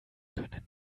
können